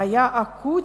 בעיה אקוטית.